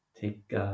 take